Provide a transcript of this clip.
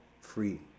free